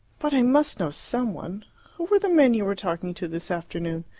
but i must know some one! who were the men you were talking to this afternoon?